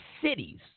cities